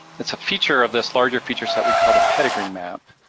it's a feature of this larger feature set we call the pedigree map.